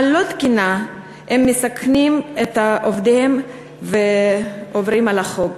לא תקינה הם מסכנים את עובדיהם ועוברים על החוק.